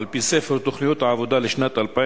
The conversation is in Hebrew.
על-פי ספר תוכניות העבודה לשנת 2011